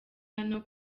hano